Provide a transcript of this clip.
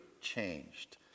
changed